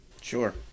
Sure